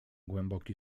głęboki